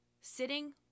sitting